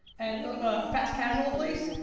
and a fast casual place,